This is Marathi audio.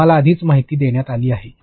तुम्हाला आधीच माहिती देण्यात आली आहे